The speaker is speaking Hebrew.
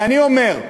ואני אומר,